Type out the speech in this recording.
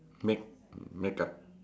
make~ makeup